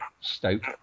Stoke